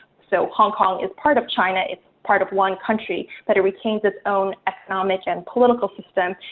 so hong kong is part of china, it's part of one country, but it retains its own economic and political system.